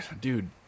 Dude